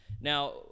Now